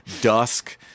dusk